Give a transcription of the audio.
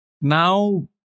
now